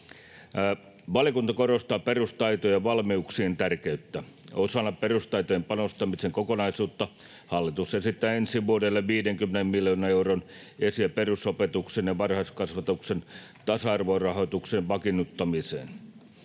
Valiokunta korostaa perustaitojen ja -valmiuksien tärkeyttä. Osana perustaitojen panostamisen kokonaisuutta hallitus esittää ensi vuodelle 50 miljoonaa euroa esi- ja perusopetuksen ja varhaiskasvatuksen tasa-arvorahoituksen vakiinnuttamiseen.